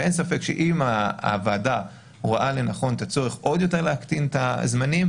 ואין ספק שאם הוועדה רואה לנכון את הצורך עוד יותר להקטין את הזמנים,